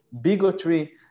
bigotry